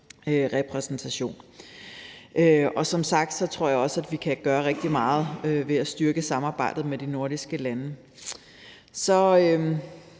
den repræsentation. Som sagt tror jeg også, vi kan gøre rigtig meget ved at styrke samarbejdet med de nordiske lande.